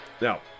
Now